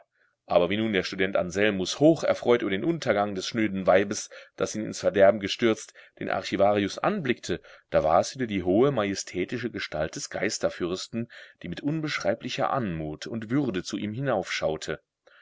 aber wie nun der student anselmus hoch erfreut über den untergang des schnöden weibes das ihn ins verderben gestürzt den archivarius anblickte da war es wieder die hohe majestätische gestalt des geisterfürsten die mit unbeschreiblicher anmut und würde zu ihm